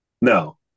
No